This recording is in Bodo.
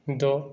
द'